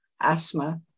asthma